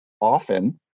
often